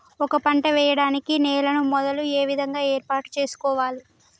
ఒక పంట వెయ్యడానికి నేలను మొదలు ఏ విధంగా ఏర్పాటు చేసుకోవాలి?